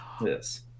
Yes